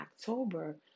October